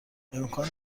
امکان